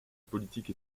politique